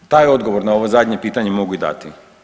Taj odgovor na ovo zadnje pitanje mogu i dati.